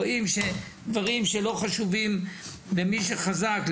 רואים שדברים שלא חשובים למי שחזק,